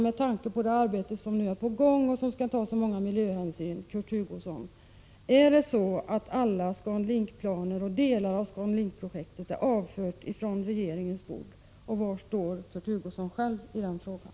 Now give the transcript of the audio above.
Med tanke på det arbete som nu är på gång och som skulle ta så många miljöhänsyn skulle jag vilja 49 veta, Kurt Hugosson: Är det så att alla ScanLink-planer och delar av ScanLink-projektet är avförda från regeringens bord? Var står Kurt Hugosson själv i den frågan?